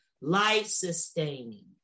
life-sustaining